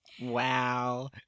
Wow